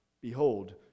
Behold